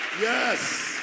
Yes